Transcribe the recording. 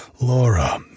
Laura